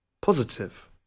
positive